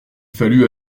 fallu